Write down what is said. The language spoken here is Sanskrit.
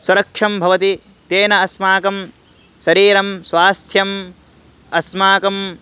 सुरक्षं भवति तेन अस्माकं शरीरं स्वास्थ्यम् अस्माकं